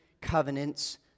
covenants